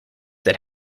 that